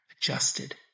adjusted